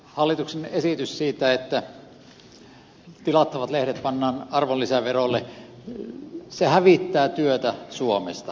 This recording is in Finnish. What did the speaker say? hallituksen esitys siitä että tilattavat lehdet pannaan arvonlisäverolle hävittää työtä suomesta